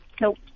Nope